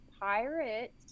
pirate